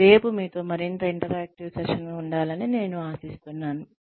మరియు రేపు మీతో మరింత ఇంటరాక్టివ్ సెషన్ ఉండాలని నేను ఆశిస్తున్నాను